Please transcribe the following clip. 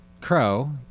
Crow